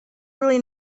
really